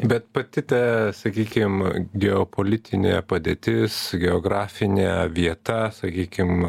bet pati ta sakykim geopolitinė padėtis geografinė vieta sakykim